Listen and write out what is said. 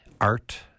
art